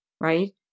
right